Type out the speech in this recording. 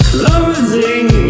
Closing